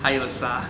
还有沙